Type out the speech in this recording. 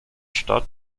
stadt